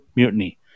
mutiny